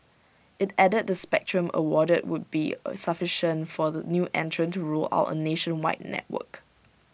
IT added the spectrum awarded would be sufficient for the new entrant to roll out A nationwide network